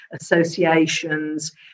associations